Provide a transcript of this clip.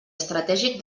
estratègic